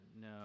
no